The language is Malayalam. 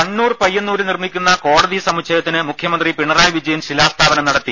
കണ്ണൂർ പയ്യന്നൂരിൽ നിർമ്മിക്കുന്ന കോടതി സമുച്ചയത്തിന് മുഖ്യമന്ത്രി പിണറായി വിജയൻ ശിലാ സ്ഥാപനം നടത്തി